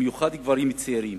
במיוחד גברים צעירים.